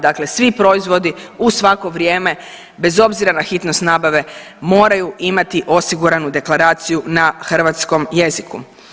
Dakle, svi proizvodi u svako vrijeme bez obzira na hitnost nabave moraju imati osiguranu deklaraciju na hrvatskom jeziku.